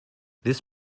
this